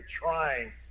trying